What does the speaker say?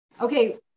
okay